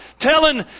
telling